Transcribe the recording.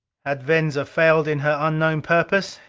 had venza failed in her unknown purpose?